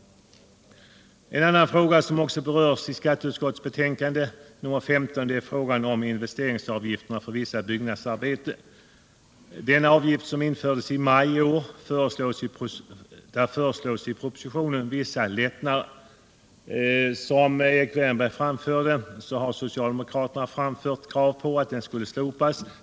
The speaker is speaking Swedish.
En annan fråga som också berörs i skatteutskottets betänkande nr 15 är frågan om investeringsavgifterna för vissa byggnadsarbeten. Beträffande den avgift som infördes i maj i år föreslås i propositionen vissa lättnader. Som Erik Wärnberg anförde har socialdemokraterna framfört krav på att avgiften skall slopas.